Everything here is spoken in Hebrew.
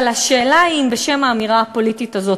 אבל השאלה היא אם בשם האמירה הפוליטית הזאת,